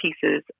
pieces